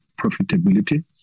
profitability